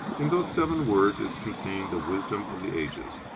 in those seven words is contained the wisdom of the ages.